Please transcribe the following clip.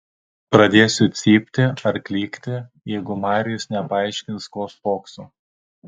pradėsiu cypti ar klykti jeigu marijus nepaaiškins ko spokso